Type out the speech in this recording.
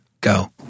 go